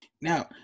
Now